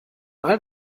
allen